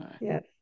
Yes